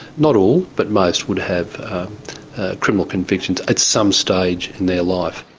not all, but most would have criminal convictions at some stage in their life.